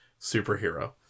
superhero